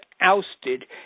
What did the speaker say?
ousted